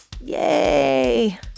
Yay